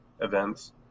events